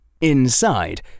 Inside